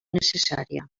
necessària